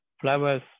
flowers